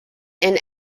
and